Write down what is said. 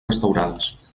restaurades